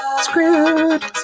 Screwed